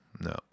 No